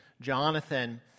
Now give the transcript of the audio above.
Jonathan